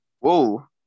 Whoa